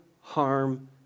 harm